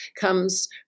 comes